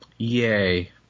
Yay